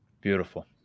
Beautiful